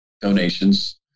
donations